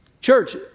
Church